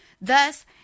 thus